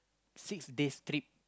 six days trip